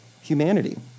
humanity